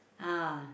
ah